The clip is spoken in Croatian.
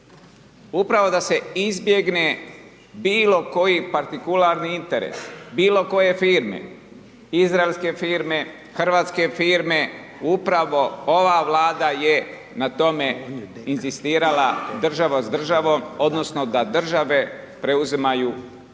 upravo da se izbjegne bilo koji partikularni interes, bilo koje firme, izraelske firme, hrvatske firme, upravo ova Vlada je na tome inzistirala država s državom odnosno da države preuzimaju